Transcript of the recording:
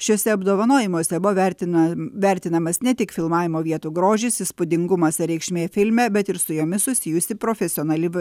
šiuose apdovanojimuose buvo vertinamas ne tik filmavimo vietų grožis įspūdingumas reikšmė filme bet ir su jomis susijusi profesionali